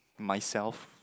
myself